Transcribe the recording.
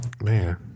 man